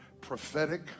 Prophetic